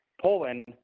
Poland